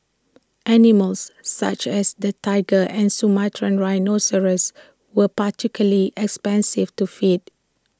animals such as the Tiger and Sumatran rhinoceros were particularly expensive to feed